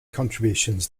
contributions